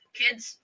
kids